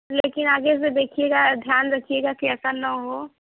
लेकिन आगे से देखिएगा ध्यान रखिएगा की ऐसा न हो